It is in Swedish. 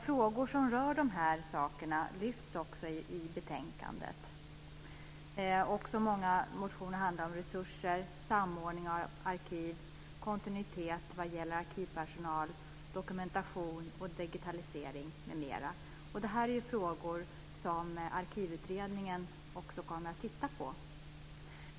Frågor som rör de sakerna lyfts upp i betänkandet. Många motioner handlar om resurser, samordning av arkiv, kontinuitet vad gäller arkivpersonal, dokumentation och digitalisering m.m. Detta är frågor som Arkivutredningen också kommer att titta på.